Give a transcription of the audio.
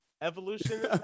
evolution